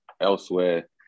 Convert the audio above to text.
elsewhere